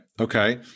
okay